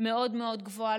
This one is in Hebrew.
מאוד מאוד גבוהה,